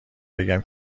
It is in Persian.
بگم